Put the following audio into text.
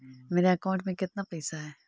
मेरे अकाउंट में केतना पैसा है?